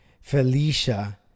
felicia